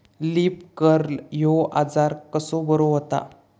Leaf curl ह्यो आजार कसो बरो व्हता?